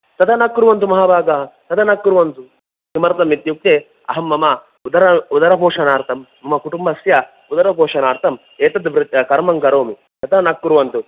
तथा न कुर्वन्तु महाभागाः तथा न कुर्वन्तु किमर्थम् इत्युक्ते अहं मम उदर उदरपोषणार्थं मम कुटुम्बस्य उदरपोष्णार्थम् एतत् वृ कर्मं करोमि तथा न कुर्वन्तु